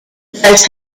lies